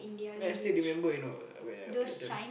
then I still remember you know when I that time